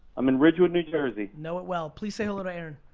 i'm in ridgewood, new jersey. know it well, please say hello to aaron.